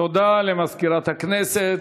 תודה למזכירת הכנסת.